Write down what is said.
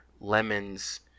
lemons